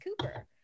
cooper